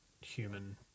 human